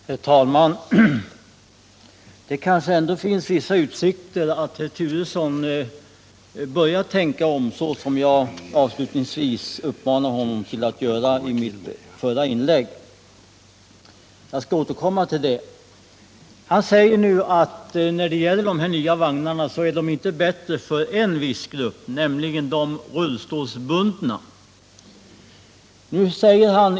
Herr talman! Det kanske ändå finns vissa utsikter att herr Turesson börjar tänka om, såsom jag avslutningsvis i mitt förra inlägg uppmanade honom att göra. Jag skall återkomma till det. Han säger nu att de nya vagnarna inte är bättre för en viss grupp, nämligen för de rullstolsbundna.